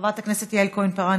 חברת הכנסת יעל כהן-פארן,